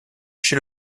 chez